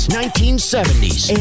1970s